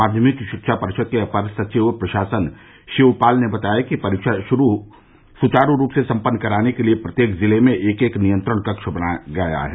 माध्यमिक शिक्षा परिषद के अपर सचिव प्रशासन शिवपाल ने बताया कि परीक्षा सुचारू रूप से सम्पन्न कराने के लिए प्रत्येक जिले में एक एक नियंत्रण कक्ष बनाया गया है